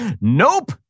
nope